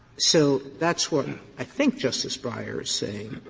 so that's what i think justice breyer is saying,